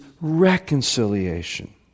reconciliation